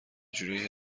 جورایی